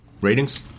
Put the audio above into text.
Ratings